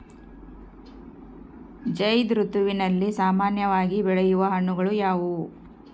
ಝೈಧ್ ಋತುವಿನಲ್ಲಿ ಸಾಮಾನ್ಯವಾಗಿ ಬೆಳೆಯುವ ಹಣ್ಣುಗಳು ಯಾವುವು?